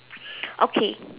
okay